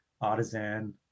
Artisan